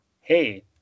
Hey